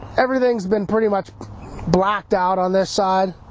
everything's been pretty much blacked out on this side.